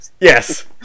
yes